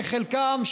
וחלקם,